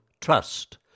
TRUST